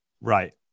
right